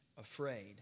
afraid